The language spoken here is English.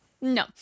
no